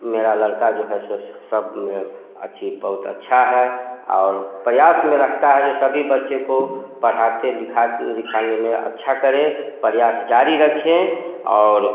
मेरा लड़का जो है सो सब में अच्छी बहुत अच्छा है और प्रयास में रहता है सभी बच्चे को पढ़ाते लिखा लिखाने में अच्छा करें प्रयास जारी रखें और